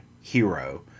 hero